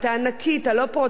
הלא-פרופורציונלית,